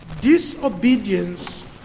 disobedience